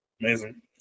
Amazing